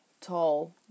tall